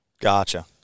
gotcha